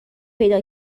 پیدا